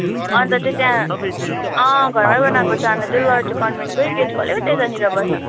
अन्त चाहिँ त्यहाँ अँ घरमै बनाएको चाना चाहिँ लरेटो कन्भेन्टकै गेटको अलिकति यतानिर बस्छ